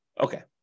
Okay